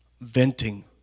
venting